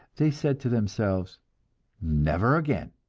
they said to themselves never again!